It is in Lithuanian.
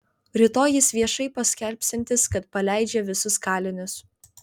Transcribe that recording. rytoj jis viešai paskelbsiantis kad paleidžia visus kalinius